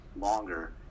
longer